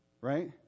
right